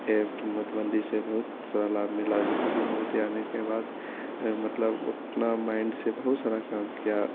यह नोटबन्दी से बहुत सारा लाभ मिला है जैसे कि मोदी आने के बाद मतलब वह उतना माइन्ड से बहुत सारा काम किया